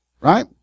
right